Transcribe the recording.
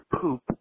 poop